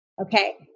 okay